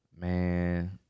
man